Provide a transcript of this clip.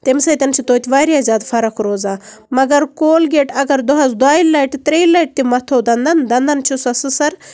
تَمہِ سۭتۍ چھُ توتہِ واریاہ زیادٕ فرق روزان مَگر کولگیٹ اَگر دۄہَس دۅیہِ لَٹہِ ترٛیہِ لَٹہِ تہِ مَتھو دَنٛدَن دَنٛدَن چھِ سۄ سٕسر